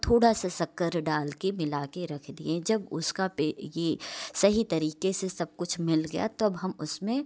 थोड़ा सा शक्कर डालके मिला कर रख दिए जब उसका पर ये सही तरीके से सब कुछ मिल गया तब हम उसमें